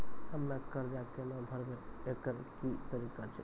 हम्मय कर्जा केना भरबै, एकरऽ की तरीका छै?